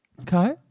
Okay